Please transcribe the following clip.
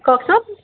কওঁকচোন